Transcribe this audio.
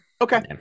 Okay